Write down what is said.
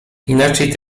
inaczej